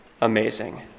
amazing